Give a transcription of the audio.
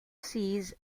sees